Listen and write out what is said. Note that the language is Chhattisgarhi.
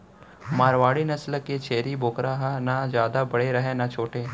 मारवाड़ी नसल के छेरी बोकरा ह न जादा बड़े रहय न छोटे